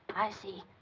i see.